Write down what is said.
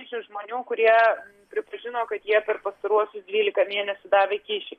skaičius žmonių kurie pripažino kad jie per pastaruosius dvylika mėnesių davė kyšį